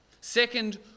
Second